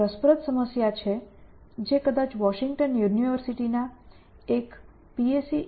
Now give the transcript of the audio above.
એક રસપ્રદ સમસ્યા છે જે કદાચ વોશિંગ્ટન યુનિવર્સિટી ના એક P